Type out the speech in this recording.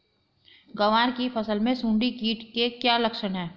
ग्वार की फसल में सुंडी कीट के क्या लक्षण है?